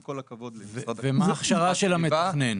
עם כל הכבוד למשרד להגנת הסביבה --- ומה ההכשרה של המתכנן?